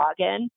login